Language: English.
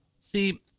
See